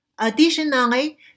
Additionally